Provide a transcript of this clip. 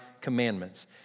commandments